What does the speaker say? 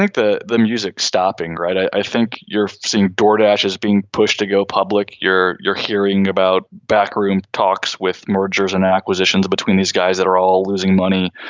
think the the music stopping. right. i think you're seeing dauda dash is being pushed to go public. you're you're hearing about back-room talks with mergers and acquisitions between these guys that are all losing money.